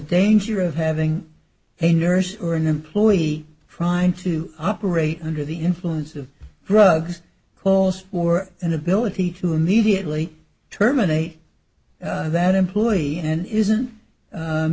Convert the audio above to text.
danger of having a nurse or an employee frying to operate under the influence of drugs clothes or an ability to immediately terminate that employee and isn't